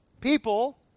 people